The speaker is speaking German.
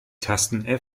tasten